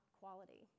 quality